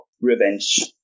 revenge